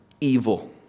evil